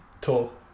Talk